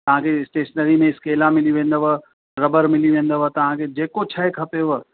तव्हांखे स्टेशनरी में स्केलां मिली वेंदव रॿड़ मिली वेंदव तव्हांखे जेको शइ खपेव